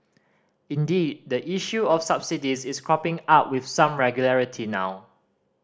indeed the issue of subsidies is cropping up with some regularity now